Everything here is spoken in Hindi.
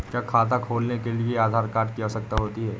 क्या खाता खोलने के लिए आधार कार्ड की आवश्यकता होती है?